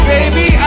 Baby